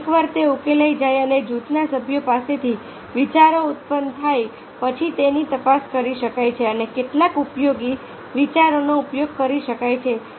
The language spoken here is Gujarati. અને એકવાર તે ઉકેલાઈ જાય અને જૂથના સભ્યો પાસેથી વિચારો ઉત્પન્ન થાય પછી તેની તપાસ કરી શકાય છે અને કેટલાક ઉપયોગી વિચારોનો ઉપયોગ કરી શકાય છે